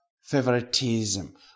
favoritism